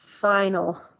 Final